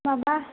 माबा